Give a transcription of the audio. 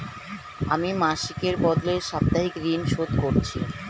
আমি মাসিকের বদলে সাপ্তাহিক ঋন শোধ করছি